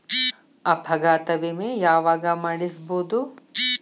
ಅಪಘಾತ ವಿಮೆ ಯಾವಗ ಮಾಡಿಸ್ಬೊದು?